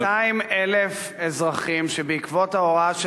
ואנחנו יודעים לפחות על 200,000 אזרחים שבעקבות ההוראה של